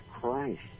Christ